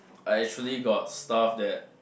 I actually got stuff that